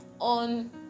on